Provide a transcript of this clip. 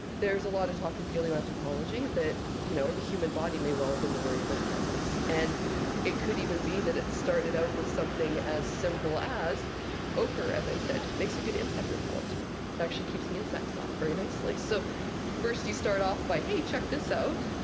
there's a lot of talk in paleoanthropology that you know the human body may well have been the very first canvas. and it could even be that it started out with something as simple as ochre, as i said, makes a good insect repellent. it actually keeps the insects off very nicely. so first you start off by hey, check this out.